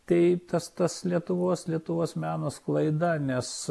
tai tas tas lietuvos lietuvos meno sklaida nes